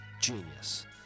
genius